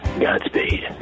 Godspeed